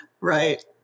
Right